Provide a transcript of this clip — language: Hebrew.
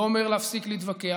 לא אומר להפסיק להתווכח,